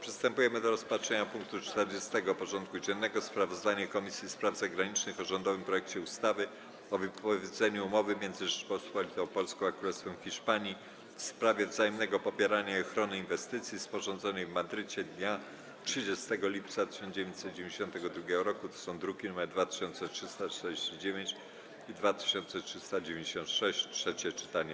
Przystępujemy do rozpatrzenia punktu 40. porządku dziennego: Sprawozdanie Komisji Spraw Zagranicznych o rządowym projekcie ustawy o wypowiedzeniu Umowy między Rzecząpospolitą Polską a Królestwem Hiszpanii w sprawie wzajemnego popierania i ochrony inwestycji, sporządzonej w Madrycie dnia 30 lipca 1992 r. (druki nr 2349 i 2396) - trzecie czytanie.